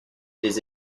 des